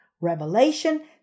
Revelation